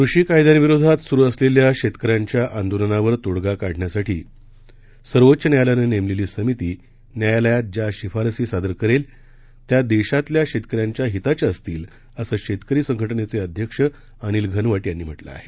कृषी कायद्यांविरोधात सुरु असलेल्या शेतकऱ्यांच्या आंदोलनावर तोडगा काढण्यासाठी सर्वोच्च न्यायालयानं नेमलेली समिती न्यायालयात ज्या शिफारसी सादर करेल त्या देशातल्या शेतकऱ्यांच्या हिताच्या असतील असं शेतकरी संघटनेच अध्यक्ष अनिल घनवट यांनी म्हटलं आहे